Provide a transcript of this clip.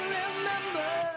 remember